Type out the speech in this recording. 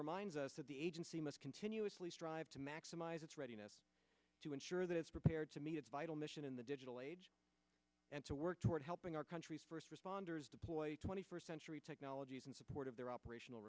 reminds us that the agency must continuously strive to maximize its readiness to ensure that it is prepared to meet its vital mission in the digital age and to work toward helping our country's first responders deploy twenty first century technologies in support of their operational